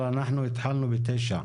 אבל אנחנו התחלנו ב-9:00.